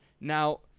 Now